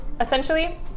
essentially